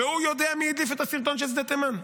והוא יודע מי הדליף את הסרטון של שדה תימן,